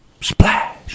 Splash